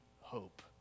hope